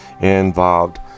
involved